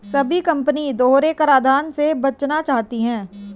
सभी कंपनी दोहरे कराधान से बचना चाहती है